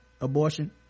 abortion